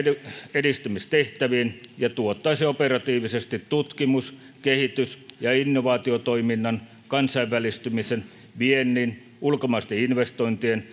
edistämistehtäviin ja tuottaisi operatiivisesti tutkimus kehitys ja innovaatiotoiminnan kansainvälistymisen viennin ulkomaisten investointien